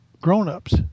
grown-ups